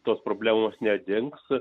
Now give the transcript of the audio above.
tos problemos nedings